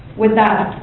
with that,